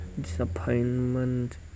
disappointment